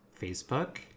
facebook